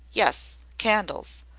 yes, candles.